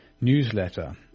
newsletter